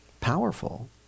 powerful